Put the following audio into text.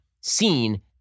seen